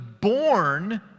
born